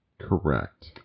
Correct